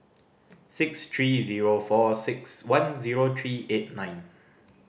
six three zero four six one zero three eight nine